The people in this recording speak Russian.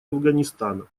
афганистана